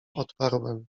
odparłem